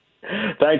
thanks